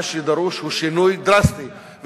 מה שדרוש הוא שינוי דרסטי.